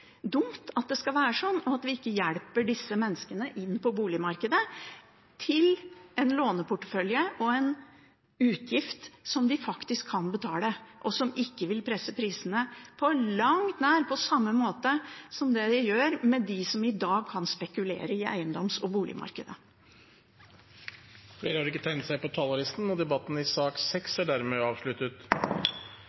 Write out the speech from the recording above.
dumt at det skal være sånn, og at vi ikke hjelper disse menneskene inn på boligmarkedet, til en låneportefølje og en utgift som de faktisk kan betale, og som ikke på langt nær vil presse prisene på samme måte som dem som i dag kan spekulere i eiendoms- og boligmarkedet. Flere har ikke bedt om ordet til sak nr. 6. Etter ønske fra kommunal- og forvaltningskomiteen vil presidenten ordne debatten